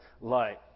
light